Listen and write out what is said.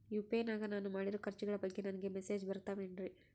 UPI ನಾಗ ನಾನು ಮಾಡಿರೋ ಖರ್ಚುಗಳ ಬಗ್ಗೆ ನನಗೆ ಮೆಸೇಜ್ ಬರುತ್ತಾವೇನ್ರಿ?